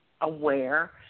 aware